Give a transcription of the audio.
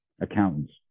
accountants